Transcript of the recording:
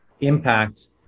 impact